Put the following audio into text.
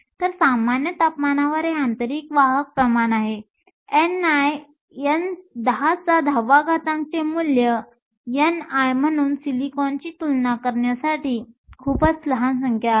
तर सामान्य तापमानावर हे आंतरिक वाहक प्रमाण आहे ni 1010 चे मूल्य ni म्हणून सिलिकॉनची तुलना करण्यासाठी खूपच लहान संख्या आहे